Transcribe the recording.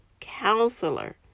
counselor